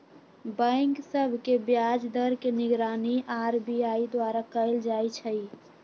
bank सभ के ब्याज दर के निगरानी आर.बी.आई द्वारा कएल जाइ छइ